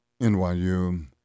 NYU